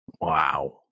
Wow